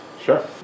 Sure